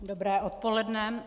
Dobré odpoledne.